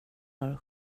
har